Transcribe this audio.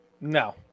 No